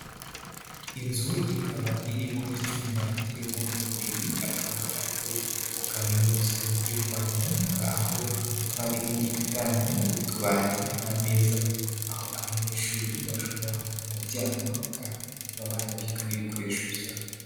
Inzu ikaba irimo icyumba kirimo uburiri, akaba ari muri Kaminuza y'u Rwanda aho haba harimu ibitanda, utubati n'ameza aho abanyeshuri bashobora kuryama bakaba banabika n'ibikoresho byabo.